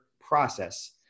process